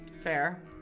Fair